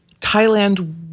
Thailand